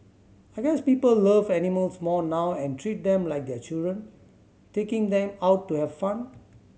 I guess people love animals more now and treat them like their children taking them out to have fun